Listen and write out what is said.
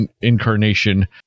incarnation